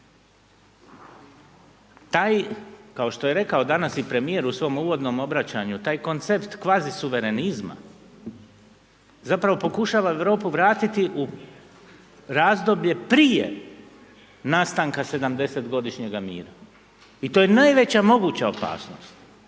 Taj, kao što je rekao danas i premijer u svom uvodnom obraćanju, taj koncept kvazi suverenizma, zapravo pokušava Europu vratiti u razdoblje prije nastanka 70-ogodišnjega mira, i to je najveća moguća opasnost.